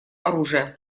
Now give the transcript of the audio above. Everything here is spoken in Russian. оружия